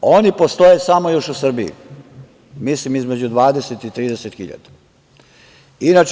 Oni postoje samo još u Srbiji, mislim između 20 i 30 hiljada.